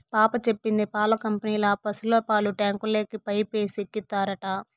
పాప చెప్పింది పాల కంపెనీల పశుల పాలు ట్యాంకుల్లోకి పైపేసి ఎక్కిత్తారట